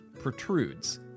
protrudes